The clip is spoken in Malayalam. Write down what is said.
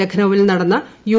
ലക്നൌവിൽ നടന്ന യു